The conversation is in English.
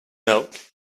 milk